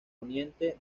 poniente